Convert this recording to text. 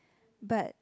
but